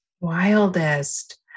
Wildest